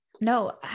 No